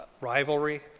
rivalry